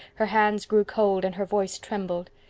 her hands grew cold and her voice trembled.